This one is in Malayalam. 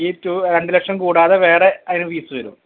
ഈ ടു രണ്ട് ലക്ഷം കൂടാതെ വേറെ അതിന് ഫീസ് വരുവോ